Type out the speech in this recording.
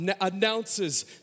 announces